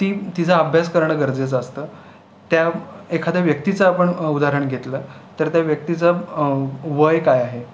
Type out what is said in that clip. ती तिचा अभ्यास करणं गरजेचं असतं त्या एखाद्या व्यक्तीचा आपण उदाहरण घेतलं तर त्या व्यक्तीचं वय काय आहे